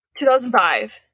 2005